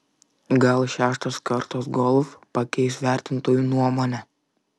gal šeštos kartos golf pakeis vertintojų nuomonę